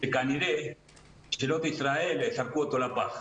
שכנראה ממשלות ישראל זרקו אותו לפח.